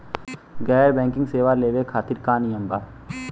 गैर बैंकिंग सेवा लेवे खातिर का नियम बा?